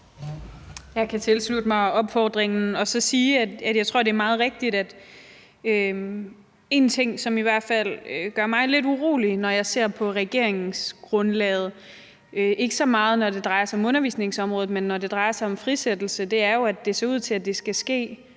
Jeg kan tilslutte mig opfordringen og så sige, at jeg tror, at det er meget rigtigt. Der er en ting, der i hvert fald gør mig lidt urolig, når jeg ser på regeringsgrundlaget – ikke så meget, når det drejer sig om undervisningsområdet, men når det drejer sig om frisættelse – og det er, at det ser ud til, at det skal ske